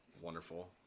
wonderful